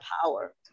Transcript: power